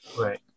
Right